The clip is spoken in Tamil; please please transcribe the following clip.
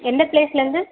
எந்த பிளேஸ்லேருந்து